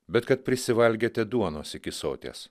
bet kad prisivalgėte duonos iki soties